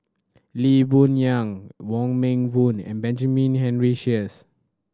Lee Boon Yang Wong Meng Voon and Benjamin Henry Sheares